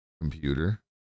computer